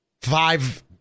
five